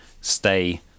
stay